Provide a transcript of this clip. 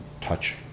touch